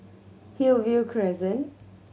Hillview Crescent